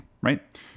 right